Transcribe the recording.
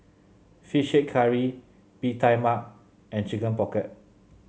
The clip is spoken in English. fish head curry Bee Tai Mak and Chicken Pocket